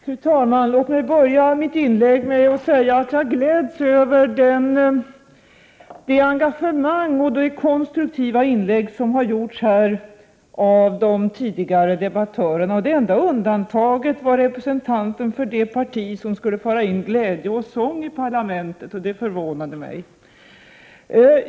Prot. 1988/89:59 Fru talman! Låt mig börja mitt inlägg med att säga att jag gläds över det 1 februari 1989 engagemang och de konstruktiva inlägg som har gjorts här av de tidigare debattörerna. Det enda undantaget var representanten för det parti som skulle föra in glädje och sång i parlamentet, och det förvånade mig.